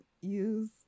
use